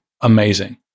amazing